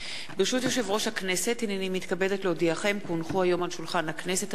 לו מאוד על שנתפנה מעיסוקיו על מנת להגיע ולענות על בקשת 21 חברי כנסת,